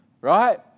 Right